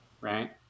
Right